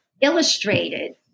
illustrated